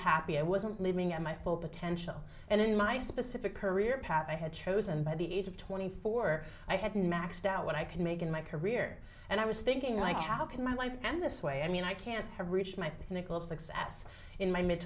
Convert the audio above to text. happy i wasn't living at my full potential and in my specific career path i had chosen by the age of twenty four i had maxed out what i could make in my career and i was thinking like how can my life and this way i mean i can't have reached my cynical success in my mid